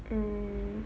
mm